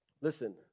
Listen